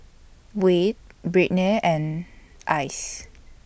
Wayde Brittnay and Alyce